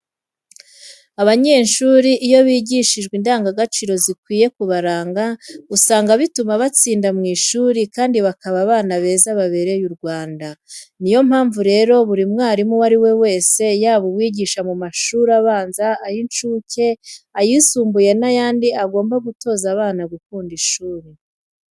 Abanyeshuri iyo bigishijwe indangadaciro zikwiye kubaranga usanga bituma batsinda mu ishuri kandi bakaba abana beza babereye u Rwanda. Niyo mpamvu rero buri mwarimu uwo ari we wese yaba uwigisha mu mashuri abanza, ay'incuke, ayisumbuye n'ayandi agomba gutoza abana gukunda ishuri.